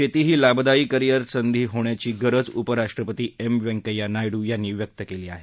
शेती ही लाभदायी करिअर संधी होण्याची गरज उपराष्ट्रपती एम व्यंकय्या नायडू यांनी व्यक्त केली आहे